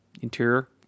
Interior